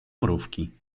mrówki